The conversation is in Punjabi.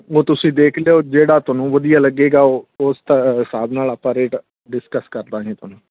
ਉਹ ਤੁਸੀਂ ਦੇਖ ਲਿਓ ਜਿਹੜਾ ਤੁਹਾਨੂੰ ਵਧੀਆ ਲੱਗੇਗਾ ਉਹ ਉਸ ਹਿਸਾਬ ਨਾਲ ਆਪਾਂ ਰੇਟ ਡਿਸਕਸ ਕਰ ਦੇਵਾਂਗੇ ਤੁਹਾਨੂੰ